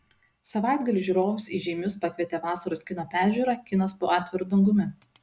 savaitgalį žiūrovus į žeimius pakvietė vasaros kino peržiūra kinas po atviru dangumi